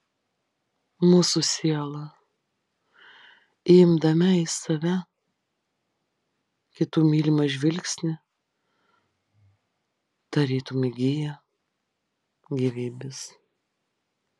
mūsų siela įimdama į save kitų mylimą žvilgsnį tarytum įgyja gyvybės